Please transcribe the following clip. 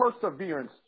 perseverance